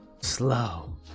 Slow